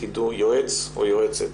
יועץ או יועצת